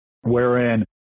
wherein